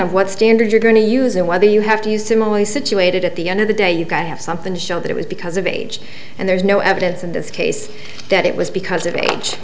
of what standard you're going to use and whether you have to use similarly situated at the end of the day you've got to have something to show that it was because of age and there's no evidence in this case that it was because of age